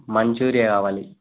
Manchuria కావాలి